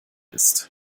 ist